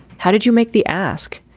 how did you make the ask?